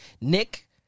Nick